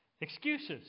Excuses